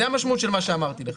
זאת המשמעות של מה שאמרתי לך.